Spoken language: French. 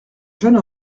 jeune